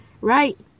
right